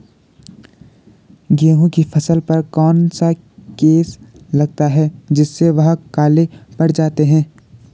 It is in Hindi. गेहूँ की फसल पर कौन सा केस लगता है जिससे वह काले पड़ जाते हैं?